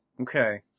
Okay